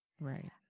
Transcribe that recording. Right